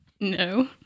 No